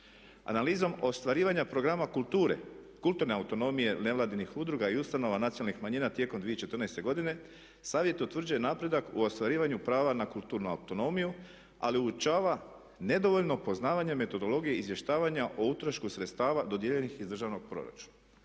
Analizom ostvarivanja programa kulture, kulturne autonomije nevladnih udruga i ustanova nacionalnih manjina tijekom 2014. godine savjet utvrđuje napredak u ostvarivanju prava na kulturnu autonomiju ali uočava nedovoljno poznavanje metodologije izvještavanja o utrošku sredstava dodijeljenih iz državnog proračuna.